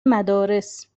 مدارس